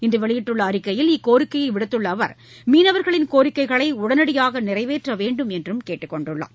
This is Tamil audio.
இன்று வெளியிட்டுள்ள அறிக்கையில் இக்கோரிக்கையை விடுத்துள்ள அவர் மீளவர்களின் கோரிக்கைகளை உடனடியாக நிறைவேற்ற வேண்டும் என்றும் கேட்டுக் கொண்டுள்ளார்